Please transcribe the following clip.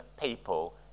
people